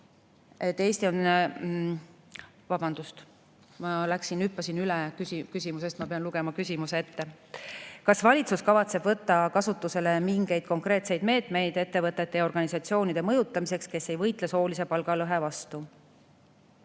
et Eesti on … Vabandust, ma hüppasin üle küsimusest. Ma pean lugema küsimuse ette. "Kas valitsus kavatseb võtta kasutusele mingeid konkreetseid meetmeid ettevõtete ja organisatsioonide mõjutamiseks, kes ei võitle soolise palgalõhe vastu?"